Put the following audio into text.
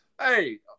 Hey